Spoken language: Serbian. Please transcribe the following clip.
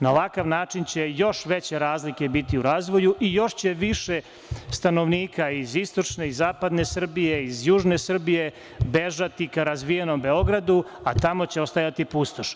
Na ovakav način će još veće razlike biti u razvoju i još će više stanovnika iz istočne i zapadne Srbije, iz južne Srbije bežati ka razvijenom Beogradu, a tamo će ostajati pustoš.